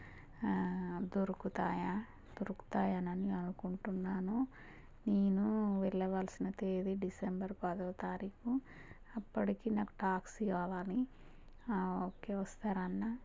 దొరుకుతాయా దొరుకుతాయి అని అనుకుంటున్నాను నేనూ వెళ్ళవలసిన తేదీ డిసెంబర్ పదవ తారీఖు అప్పటికీ నాకు టాక్సీ కావాలి ఓకే వస్తారా అన్నా